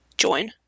join